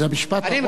אני מקווה,